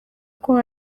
uko